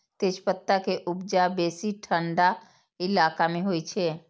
तेजपत्ता के उपजा बेसी ठंढा इलाका मे होइ छै